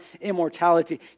immortality